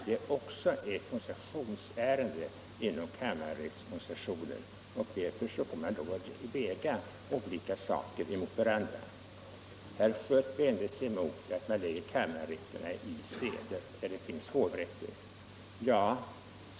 Det är också ett organisationsärende inom kammarrättsorganisationen, och därför måste man väga olika saker mot varandra. Herr Schött vände sig mot att förlägga kammarrätterna till städer där det finns hovrätter.